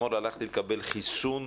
אתמול הלכתי לקבל חיסון,